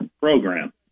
Program